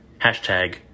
hashtag